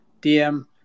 DM